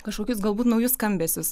kažkokius galbūt naujus skambesius